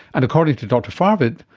and according to dr farvid,